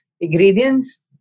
ingredients